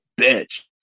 bitch